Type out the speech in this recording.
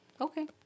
Okay